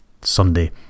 Sunday